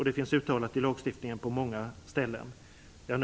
Det finns uttalat i lagstiftningen på många ställen.